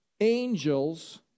angels